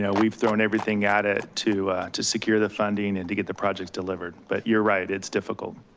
yeah we've thrown everything at it to to secure the funding and to get the projects delivered. but you're right, it's difficult,